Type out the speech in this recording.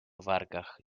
wargach